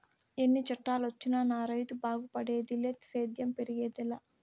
ఎన్ని చట్టాలొచ్చినా నా రైతు బాగుపడేదిలే సేద్యం పెరిగేదెలా